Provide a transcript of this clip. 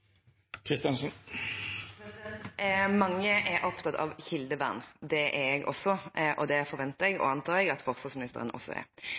Mange er opptatt av kildevern. Det er jeg også, og det forventer og antar jeg at forsvarsministeren også er.